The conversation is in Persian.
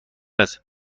است